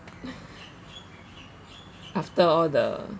after all the